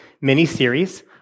mini-series